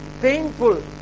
painful